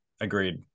Agreed